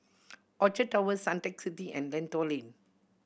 Orchard Towers Suntec City and Lentor Lane